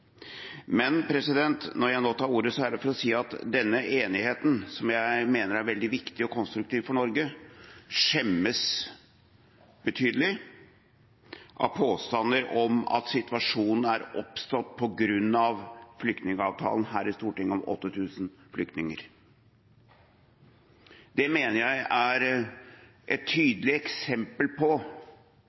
Men når jeg nå tar ordet, er det for å si at denne enigheten, som jeg mener er veldig viktig og konstruktiv for Norge, skjemmes betydelig av påstander om at situasjonen er oppstått på grunn av flyktningavtalen her i Stortinget om 8 000 flyktninger. Det mener jeg er et tydelig eksempel på